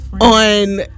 on